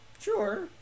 sure